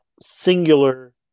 singular